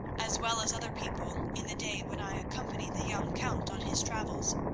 as well as other people, in the day when i accompanied the young count on his travels.